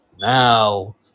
Now